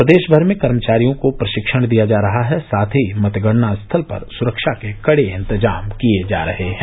प्रदेष भर में कर्मचारियों को प्रषिक्षण दिया जा रहा है साथ ही मतगणना स्थल पर सुरक्षा के कड़े इंतजाम किये जा रहे है